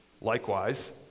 likewise